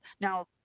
Now